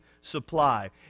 supply